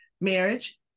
marriage